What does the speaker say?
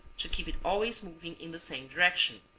to keep it always moving in the same direction.